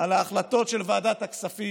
על ההחלטות של ועדת הכספים,